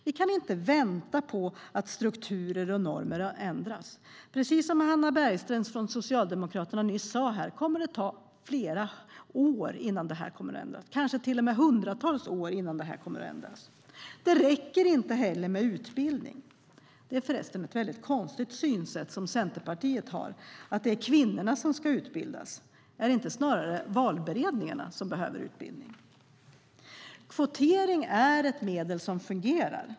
Vi kan inte vänta på att strukturer och normer ändras. Precis som Hannah Bergstedt från Socialdemokraterna nyss sagt här kommer det att ta flera år, kanske till och med hundratals år, innan detta ändras. Inte heller räcker det med utbildning. Förresten har Centerpartiet det väldigt konstiga synsättet att det är kvinnorna som ska utbildas. Är det inte snarare valberedningarna som behöver utbildning? Kvotering är ett medel som fungerar.